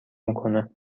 میکنه